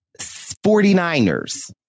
49ers